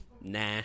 Nah